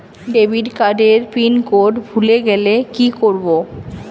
Debit card এর pin code ভুলে গেলে কি করব?